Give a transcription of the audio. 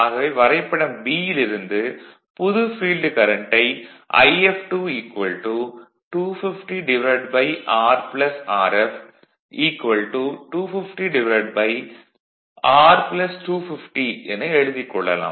ஆகவே வரைபடம் பி யில் இருந்து புது ஃபீல்டு கரண்ட்டை If2 250R Rf 250R 250 என எழுதிக் கொள்ளலாம்